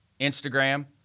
Instagram